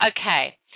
Okay